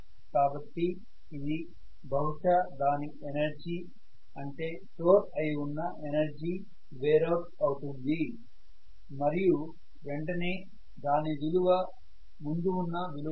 కాబట్టి ఇది బహుశా దాని ఎనర్జీ అంటే స్టోర్ అయి ఉన్న ఎనర్జీ వేర్ అవుట్ అవుతుంది మరియు వెంటనే దాని విలువ ముందు ఉన్నవిలువ నుండి I కి చేరుతుంది